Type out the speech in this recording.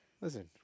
Listen